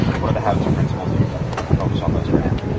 what are the habits or principles you'd focus on most right now?